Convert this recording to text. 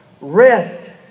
rest